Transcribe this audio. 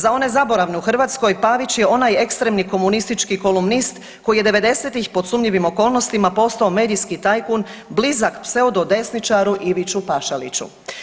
Za one zaboravne u Hrvatskoj, Pavić je onaj ekstremni komunistički kolumnist koji je 90-ih pod sumnjivim okolnostima postao medijski tajkun blizak pseudodesničaru Iviću Pašaliću.